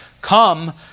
Come